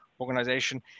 organization